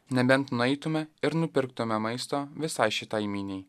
nebent nueitume ir nupirktumėme maisto visai šitai miniai